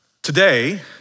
Today